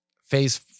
Phase